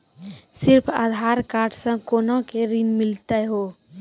सिर्फ आधार कार्ड से कोना के ऋण मिलते यो?